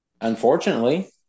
Unfortunately